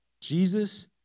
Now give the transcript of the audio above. Jesus